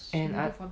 and I